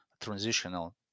transitional